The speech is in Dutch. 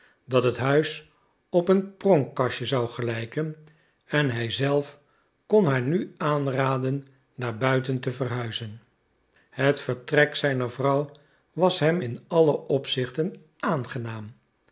dat het huis op een pronkkastje zou gelijken en hij zelf kon haar nu aanraden naar buiten te verhuizen het vertrek zijner vrouw was hem in alle opzichten aangenaam